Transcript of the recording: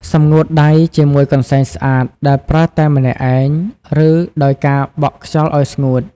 សម្ងួតដៃ ជាមួយកន្សែងស្អាតដែលប្រើតែម្នាក់ឯង ឬដោយការបក់ខ្យល់ឱ្យស្ងួត។